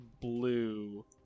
blue